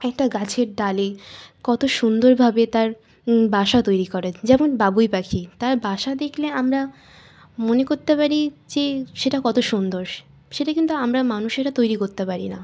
একটা গাছের ডালে কত সুন্দরভাবে তার বাসা তৈরি করে যেমন বাবুই পাখি তার বাসা দেখলে আমরা মনে করতে পারি যে সেটা কত সুন্দর সেটা কিন্তু আমরা মানুষেরা তৈরি করতে পারি না